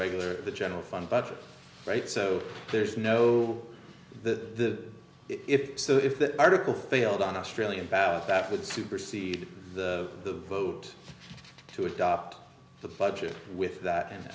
regular the general fund budget right so there's no the if so if that article failed on australian ballet that would supersede the vote to adopt the budget with that and